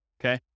Okay